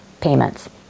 payments